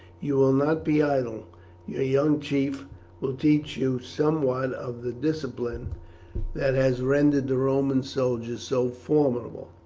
you will not be idle. your young chief will teach you somewhat of the discipline that has rendered the roman soldiers so formidable,